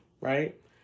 right